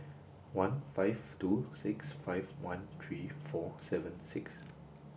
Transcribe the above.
one five two six five one three four seven six